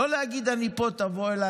לא להגיד: אני פה, תבוא אליי.